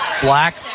Black